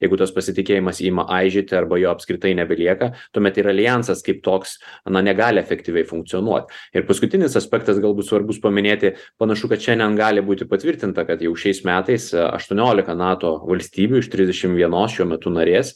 jeigu tas pasitikėjimas ima aižėti arba jo apskritai nebelieka tuomet ir aljansas kaip toks ana negali efektyviai funkcionuot ir paskutinis aspektas galbūt svarbus paminėti panašu kad šiandien gali būti patvirtinta kad jau šiais metais aštuoniolika nato valstybių iš trisdešimt vienos šiuo metu narės